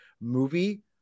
movie